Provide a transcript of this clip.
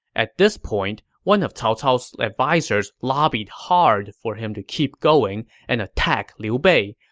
at this point, one of cao cao's advisers lobbied hard for him to keep going and attack liu bei,